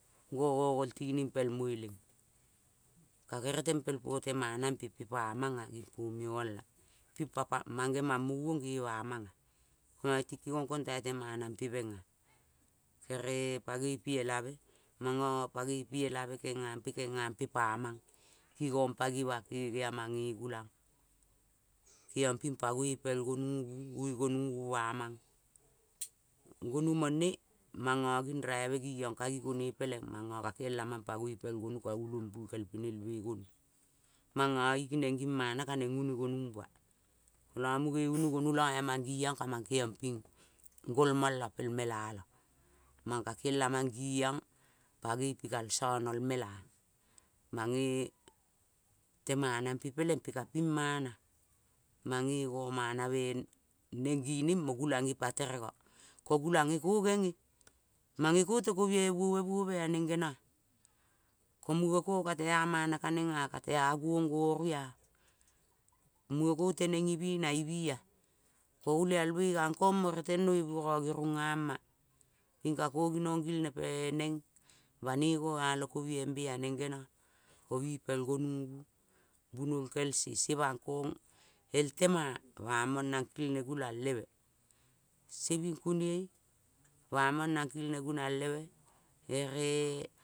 I ngogo gol tining pel mueleng ka gerel tempel po temana mpe pa manges nging pomiol pa mang ngemangmoi uong nge ma mang, mange ti kiang kotai remana mpe meng ea, bere-e pangoi pi elabe mongo pangoi pi elabe kongampe kenga mpe pa mang kingong pangima kenge ea mang nge gulans, kengiong ping pangoi pel gonubu ungi gonubu ba mang. Gonu mone mongo nging raibe ngiong kangi gone peleng mongo kakielamong pangoi pel gonu ka ungi gonu ka ulombiel kel penelue gonu. Mongo ingi neng ngi mana ka neng ungi gonuima. Kolo mungi gonu ea mang ngiong kamang kengiong ping ngol mong lo pel mela lo. Mongo kakelamang ngiong pangoi pikal son ol mela. Mange temanampe peleng mpe ka ping mana mange ngo manabe neng ngining mo gulang ngi paterengo. Ko gulang nge ko ngeng nge i mange ko te kobiai buobe buobe a neng ngeno ea. Ko munge ko ka tea manakaneng ea kata nguong ngoru ea. Munge ko teneng ibi na ibi ea ko olialmoi ngang kong mo natenoi bun ngo nging rungama ping ka ko ginong gilne neng banoi ngoalo kobioi mbe a neng ngeno obi pel gonubu bunol kel se bakong eltema bamong nang kilne gulang lebe. Soe bing kunioi bamong nang kilne gulang lebe ere